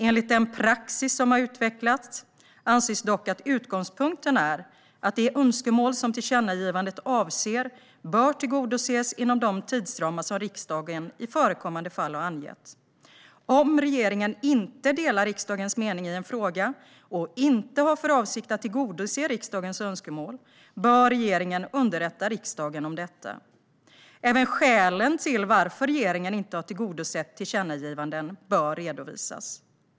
Enligt den praxis som har utvecklats anses dock att utgångspunkten är att det önskemål som tillkännagivandet avser bör tillgodoses inom de tidsramar som riksdagen i förekommande fall har angett. Om regeringen inte delar riksdagens mening i en fråga och inte har för avsikt att tillgodose riksdagens önskemål bör regeringen underrätta riksdagen om detta. Även skälen till att regeringen inte har tillgodosett tillkännagivanden bör redovisas.